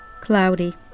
cloudy